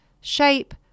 shape